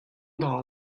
dra